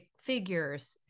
figures